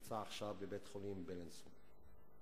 שנמצא עכשיו בבית-החולים "בילינסון".